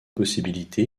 possibilité